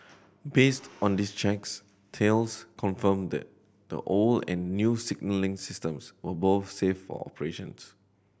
based on these checks Thales confirmed that the old and new signalling systems were both safe for operations